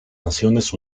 naciones